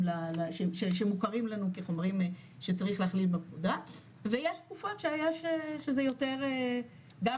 שמוכרים לנו כחומרים שצריך להכליל בפקודה ויש תקופות שזה יותר גם